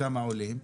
כמה עולים,